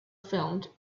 filmed